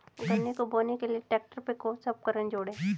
गन्ने को बोने के लिये ट्रैक्टर पर कौन सा उपकरण जोड़ें?